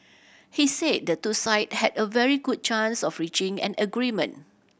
he said the two side had a very good chance of reaching an agreement